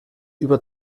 über